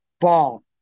ball